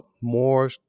more